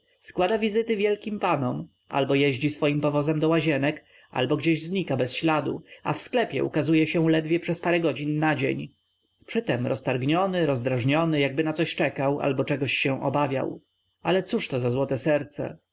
składa wizyty wielkim panom albo jeździ swoim powozem do łazienek albo gdzieś znika bez śladu a w sklepie ukazuje się ledwie przez parę godzin na dzień przytem roztargniony rozdrażniony jakby na coś czekał albo czegoś się obawiał ale cóżto za złote serce